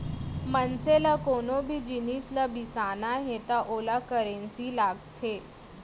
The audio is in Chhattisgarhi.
मनसे ल कोनो भी जिनिस ल बिसाना हे त ओला करेंसी लागथे